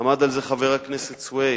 עמד על זה חבר הכנסת סוייד,